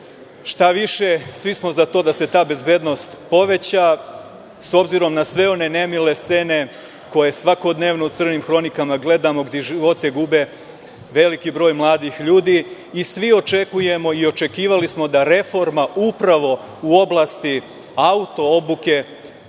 Šta više, svi smo za to da se ta bezbednost poveća, s obzirom na sve one nemile scene koje svakodnevno u crnim hronikama gledamo, gde živote gube veliki broj mladih ljudi i svi očekujemo i očekivali smo da reforma upravo u oblasti auto-obuke